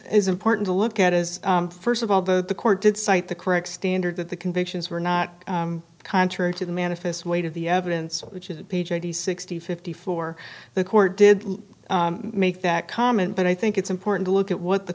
is important to look at is first of all that the court did cite the correct standard that the convictions were not contrary to the manifest weight of the evidence which is page eighty sixty fifty four the court did make that comment but i think it's important to look at what the